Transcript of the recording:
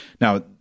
Now